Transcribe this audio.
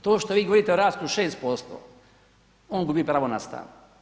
To što vi govorite o rastu od 6%, on gubi pravo na stan.